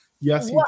Yes